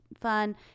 fun